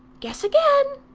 guess again.